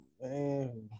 Man